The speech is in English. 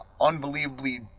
unbelievably